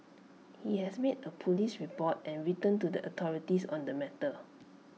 he has made A Police report and written to the authorities on the matter